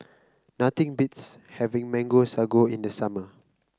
nothing beats having Mango Sago in the summer